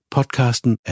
Podcasten